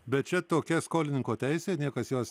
bet čia tokia skolininko teisė ir niekas jos